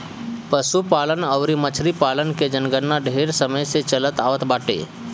पशुपालन अउरी मछरी पालन के जनगणना ढेर समय से चलत आवत बाटे